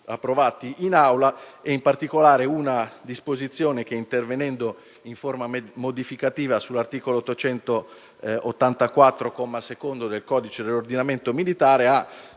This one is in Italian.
approvati in Aula, e in particolare una disposizione che intervenendo in forma modificativa sull'articolo 884, comma 2, del codice dell'ordinamento militare, ha